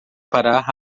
parar